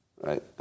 right